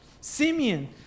Simeon